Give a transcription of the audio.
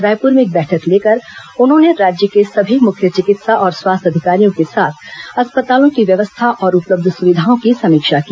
रायपुर में एक बैठक लेकर उन्होंने राज्य के सभी मुख्य चिकित्सा और स्वास्थ्य अधिकारियों के साथ अस्पतालों की व्यवस्था और उपलब्ध सुविधाओं की समीक्षा की